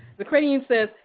the credit union says,